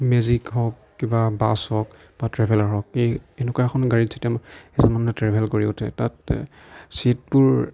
magic হওঁক কিবা bus হওঁক বা ট্ৰেভেলাৰ হওঁক এই এনেকুৱা এখন গাড়ীত যেতিয়া মানে এজন মানুহে ট্ৰেভেল কৰি উঠে তাত ছীটবোৰ